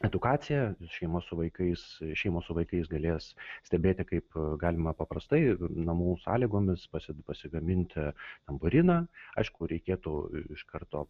edukaciją šeimos su vaikais šeimos su vaikais galės stebėti kaip galima paprastai namų sąlygomis pasi pasigaminti tamburiną aišku reikėtų iš karto